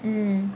mm